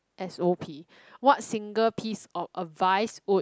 s_o_p what single piece of advice would